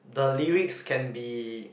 the lyrics can be